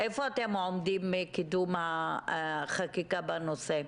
איפה אתם עומדים בקידום החקיקה בנושא?